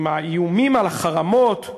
עם האיומים בחרמות.